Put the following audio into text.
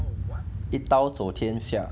一刀佐天下